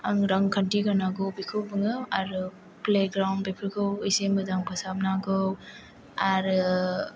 आं रांखान्थि होनांगौ बेखौ बुङो आरो प्ले ग्राउन्ड बेफोरखौ एसे मोजां फोसाबनांगौ आरो